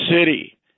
city